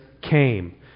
came